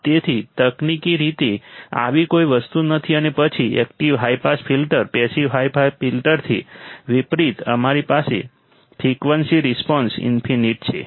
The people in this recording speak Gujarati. તેથી તકનીકી રીતે આવી કોઈ વસ્તુ નથી અને પછી active high pass filter passive high pass ફિલ્ટરથી વિપરીત અમારી પાસે ફ્રિકવન્સી રિસ્પોન્સ ઈન્ફિનિટ છે